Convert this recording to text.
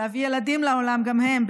להביא ילדים לעולם גם הם,